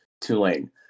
Tulane